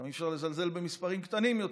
גם אי-אפשר לזלזל במספרים קטנים יותר.